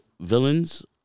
villains